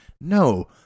no